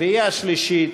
קריאה שלישית.